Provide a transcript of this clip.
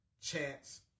chance